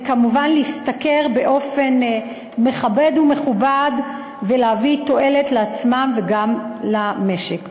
וכמובן להשתכר באופן מכבד ומכובד ולהביא תועלת לעצמם וגם למשק.